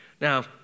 Now